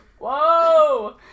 Whoa